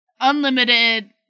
unlimited